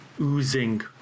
oozing